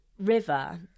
river